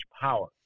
power